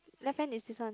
left hand is this one